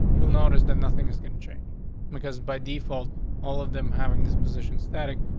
you'll notice that nothing is gonna change because by default all of them having this position static.